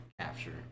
capture